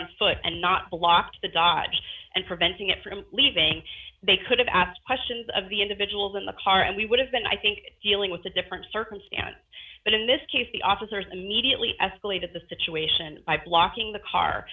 on foot and not blocked the dodge and preventing it from leaving they could have asked questions of the individuals in the car and we would have been i think dealing with a different circumstance but in this case the officers immediately escalated the situation by blocking the car